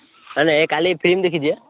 ତା'ହେଲେ କାଲି ଫିଲ୍ମ ଦେଖି ଯିବା